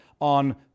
on